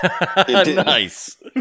Nice